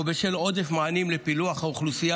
או בשל עודף מענים לפילוח אוכלוסיות